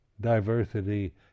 diversity